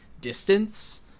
distance